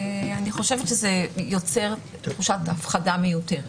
אני חושבת שזה יוצר תחושת הפחדה מיותרת.